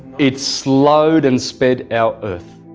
it slowed and sped our earth.